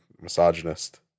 misogynist